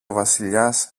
βασιλιάς